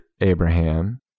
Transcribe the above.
Abraham